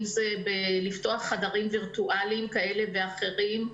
אם זה לפתוח חדרים וירטואליים כאלה ואחרים,